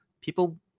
People